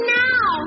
now